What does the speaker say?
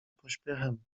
pośpiechem